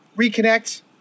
reconnect